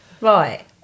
Right